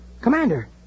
Commander